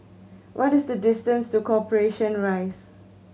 what is the distance to Corporation Rise